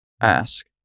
ask